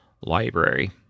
Library